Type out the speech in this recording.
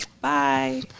Bye